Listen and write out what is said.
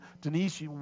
Denise